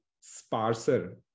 sparser